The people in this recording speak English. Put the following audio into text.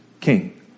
King